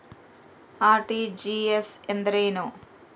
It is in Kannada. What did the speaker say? ಆರ್.ಟಿ.ಜಿ.ಎಸ್ ಎಂದರೇನು?